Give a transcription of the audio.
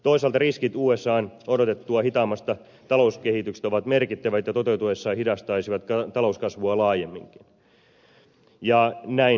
toisaalta riskit usan odotettua hitaammasta talouskehityksestä ovat merkittävät ja toteutuessaan hidastaisivat talouskasvua laajemminkin ja niin edelleen